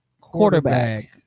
quarterback